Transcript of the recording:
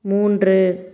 மூன்று